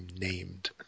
named